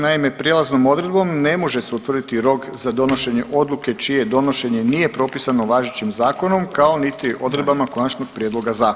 Naime, prijelaznom odredbom ne može se utvrditi rok za donošenje odluke čije donošenje nije propisano važećim zakonom kao niti odredbama konačnog prijedloga zakona.